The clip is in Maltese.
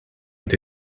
qed